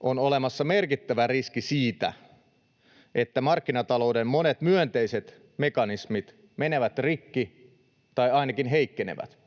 on olemassa merkittävä riski siitä, että markkinatalouden monet myönteiset mekanismit menevät rikki tai ainakin heikkenevät.